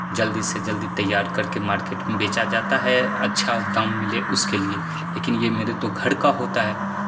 जल्दी से जल्दी तैयार करके मार्केट में बेचा जाता है अच्छा दाम मिले उसके लिए लेकिन ये मेरे तो घर का होता है